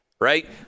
right